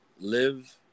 Live